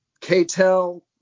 KTEL